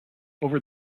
over